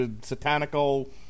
satanical